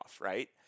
right